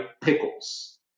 pickles